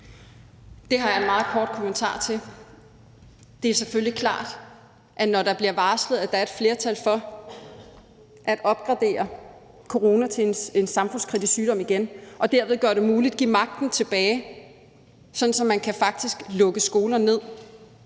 Det har jeg en meget kort kommentar til. Det er selvfølgelig klart, og jeg kan godt forstå det, at man, når der bliver varslet, at der er et flertal for at opgradere corona til igen at være en samfundskritisk sygdom og derved gøre det muligt at give magten tilbage, sådan at man faktisk kan lukke skoler ned,